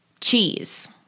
Cheese